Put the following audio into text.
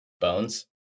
Bones